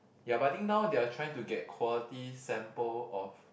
ya but I think now they're trying to get quality sample of